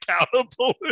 accountable